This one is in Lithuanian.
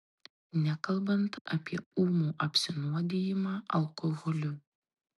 nekalbant apie ūmų apsinuodijimą alkoholiu